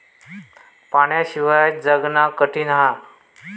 पाण्याशिवाय जगना कठीन हा